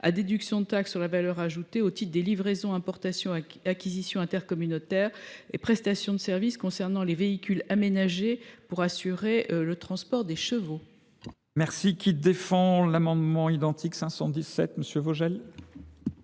à déduction de la taxe sur la valeur ajoutée au titre des livraisons, importations, acquisitions intracommunautaires et prestations de services concernant les véhicules aménagés pour assurer le transport des chevaux. L’amendement n° I 517 rectifié,